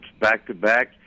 back-to-back